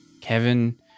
Kevin